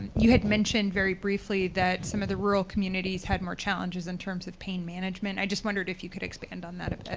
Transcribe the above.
you had mentioned very briefly that some of the rural communities had more challenges in terms of pain management. i just wondered if you could expand on that a bit. you